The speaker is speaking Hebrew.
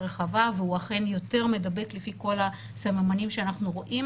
רחבה והוא אכן יותר מדבק לפי כל הסממנים שאנחנו רואים